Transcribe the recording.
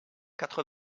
quatre